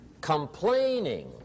Complaining